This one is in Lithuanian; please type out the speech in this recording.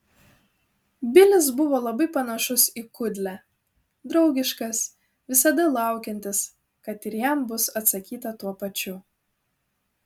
bilis buvo labai panašus į kudlę draugiškas visada laukiantis kad ir jam bus atsakyta tuo pačiu